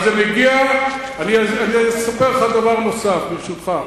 אני אספר לך דבר נוסף, ברשותך.